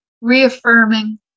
reaffirming